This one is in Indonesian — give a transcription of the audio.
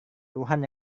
tuhan